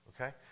Okay